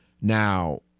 Now